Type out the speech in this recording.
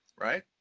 right